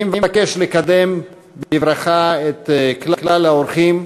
אני מבקש לקדם בברכה את כלל האורחים.